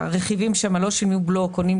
שהרכיבים שם לא שילמו בלו --- איפה עוד?